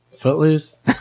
Footloose